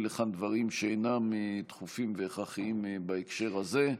לכאן דברים שאינם דחופים והכרחיים בהקשר הזה,